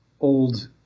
old